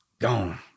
gone